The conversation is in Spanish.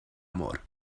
amor